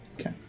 Okay